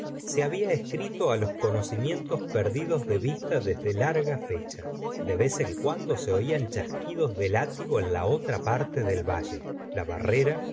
se había escrito los conocimientos perdidos de vista desde larga fe cha r e per n e r td la señora de boyar de vez en cuando se oían chasquidos de látigo en la otra parte del valle la barrera